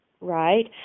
right